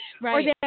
Right